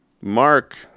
Mark